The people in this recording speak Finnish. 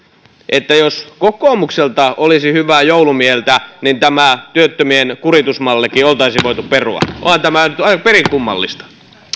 jos kokoomuksella olisi hyvää joulumieltä niin tämä työttömien kuritusmallikin oltaisiin voitu perua onhan tämä nyt perin kummallista